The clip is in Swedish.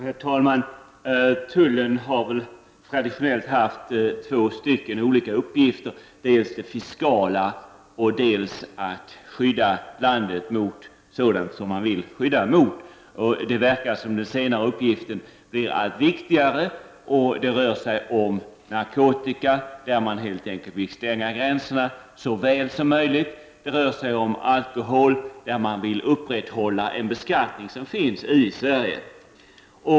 Herr talman! Tullen har traditionellt haft två olika uppgifter, dels en fiskal uppgift, dels att skydda landet mot sådant som man vill skydda mot. Det verkar som om den senare uppgiften blir allt viktigare. Det rör sig om narkotika, som man helt enkelt vill stänga gränserna för så väl som möjligt. Det rör sig också om alkohol, och här vill man upprätthålla en beskattning som finns i Sverige.